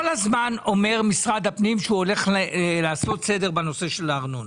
משרד הפנים כל הזמן אומר שהוא הולך לעשות סדר בנושא של הארנונה.